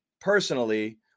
personally